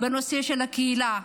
בנושא של הקהילה.